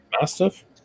mastiff